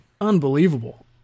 Unbelievable